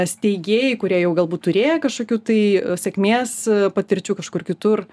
steigėjai kurie jau galbūt turėję kažkokių tai sėkmės patirčių kažkur kitur